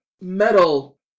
metal